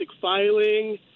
filing